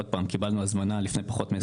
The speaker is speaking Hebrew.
עוד פעם, קיבלנו הזמנה לפני פחות מ-24 שעות.